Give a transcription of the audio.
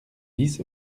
dix